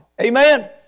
Amen